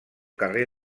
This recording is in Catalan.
carrer